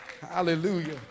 Hallelujah